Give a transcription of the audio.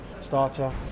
starter